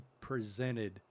presented